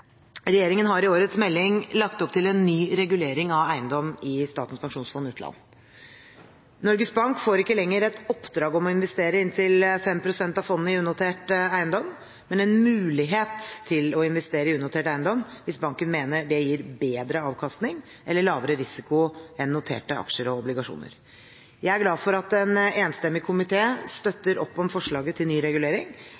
Regjeringen har i årets melding lagt opp til en ny regulering av eiendom i Statens pensjonsfond utland. Norges Bank får ikke lenger et oppdrag om å investere inntil 5 pst. av fondet i unotert eiendom, men en mulighet til å investere i unotert eiendom hvis banken mener det gir bedre avkastning eller lavere risiko enn noterte aksjer og obligasjoner. Jeg er glad for at en enstemmig